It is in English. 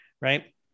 right